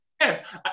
yes